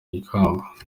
ikamba